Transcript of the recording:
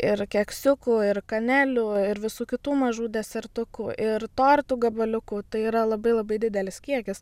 ir keksiukų ir kanelių ir visų kitų mažų desertukų ir tortų gabaliukų tai yra labai labai didelis kiekis